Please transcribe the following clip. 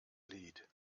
lead